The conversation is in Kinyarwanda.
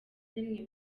rimwe